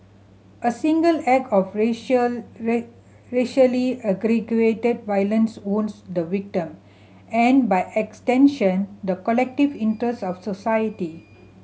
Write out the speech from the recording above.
a single act of racial racially aggravated violence wounds the victim and by extension the collective interest of society